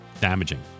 damaging